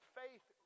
faith